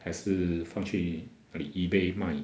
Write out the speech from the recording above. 还是放去哪里 ebay 买